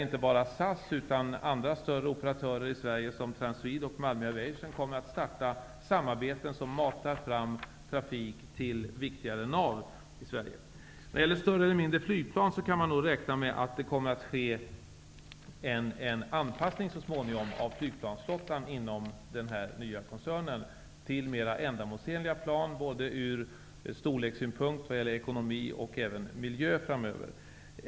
Inte bara SAS utan även andra större operatörer i Sverige som Transwede och Malmö Aviation kommer att starta samarbete som matar fram trafik till viktigare nav i Vad beträffar större eller mindre flygplan kan man nog räkna med att det kommer att ske en anpassning så småningom av flygplansflottan inom den nya koncernen till mera ändamålsenliga plan både ur storlekssynpunkt och vad gäller ekonomi och miljö.